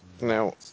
Now